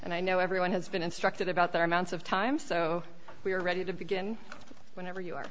and i know everyone has been instructed about their amounts of time so we are ready to begin whenever you are